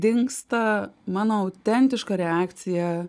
dingsta mano autentiška reakcija